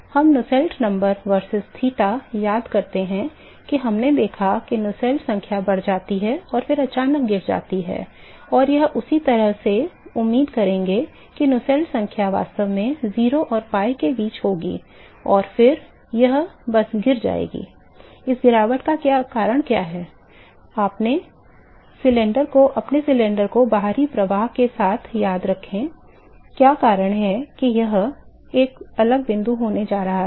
हम Nusselt number verses theta याद करते हैं कि हमने देखा कि Nusselt संख्या बढ़ जाती है और फिर यह अचानक गिर जाती है और यह इसी तरह से आप उम्मीद करेंगे कि Nusselt संख्या वास्तव में 0 और pi के बीच होगी और फिर यह बस गिर जाएगी इस गिरावट का कारण क्या है अपने सिलेंडर को बाहरी प्रवाह के साथ याद रखें क्या कारण है कि यह एक अलग बिंदु होने जा रहा है